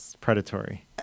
predatory